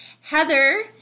Heather